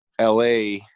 la